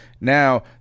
Now